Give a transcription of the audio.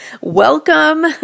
welcome